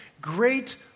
great